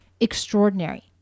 extraordinary